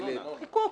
חיקוק.